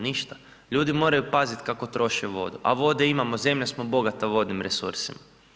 Ništa, ljudi moraju paziti kako troše vodu, a vode imamo, zemlja smo bogata vodnim resursima.